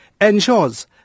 ensures